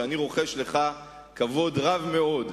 שאני רוחש לך כבוד רב מאוד,